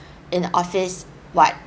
in office what